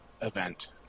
event